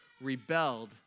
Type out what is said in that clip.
rebelled